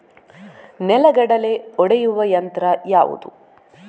ನೆಲಗಡಲೆ ಒಡೆಯುವ ಯಂತ್ರ ಯಾವುದು?